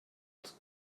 els